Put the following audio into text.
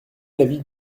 l’avis